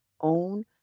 Own